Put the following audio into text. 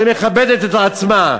שמכבדת את עצמה,